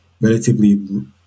relatively